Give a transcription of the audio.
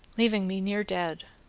leaving me near dead.